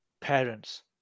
parents